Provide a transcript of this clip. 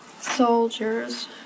soldiers